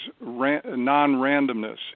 non-randomness